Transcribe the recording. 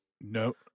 No